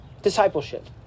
discipleship